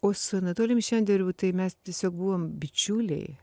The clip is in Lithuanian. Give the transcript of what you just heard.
o su anatolijum šenderovu tai mes tiesiog buvom bičiuliai